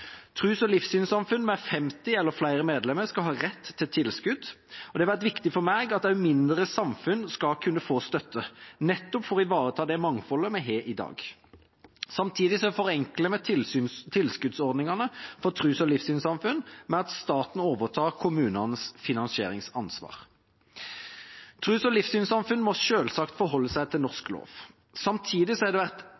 og livssynssamfunn med 50 eller flere medlemmer skal ha rett til tilskudd. Det har vært viktig for meg at de mindre samfunn skal kunne få støtte nettopp for å ivareta det mangfoldet vi har i dag. Samtidig forenkler vi tilskuddsordningene for tros- og livssynssamfunn ved at staten overtar kommunenes finansieringsansvar. Tros- og livssynssamfunn må selvsagt forholde seg til norsk